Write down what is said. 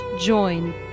join